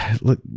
look